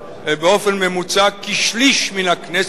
באופן ממוצע כשליש מן הכנסת